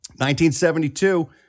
1972